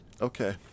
okay